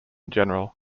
general